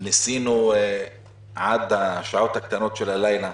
ניסינו עד השעות הקטנות של הלילה